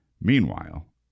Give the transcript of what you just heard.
meanwhile